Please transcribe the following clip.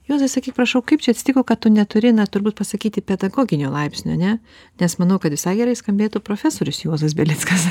juozai sakyk prašau kaip čia atsitiko kad tu neturi na turbūt pasakyti pedagoginio laipsnio ane nes manau kad visai gerai skambėtų profesorius juozas belickas